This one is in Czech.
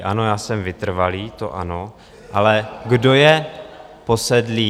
Ano, já jsem vytrvalý, to ano, ale kdo je posedlý?